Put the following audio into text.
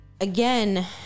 again